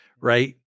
right